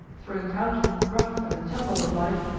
through encountering the rough and the tumble of life,